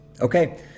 Okay